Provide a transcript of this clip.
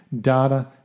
Data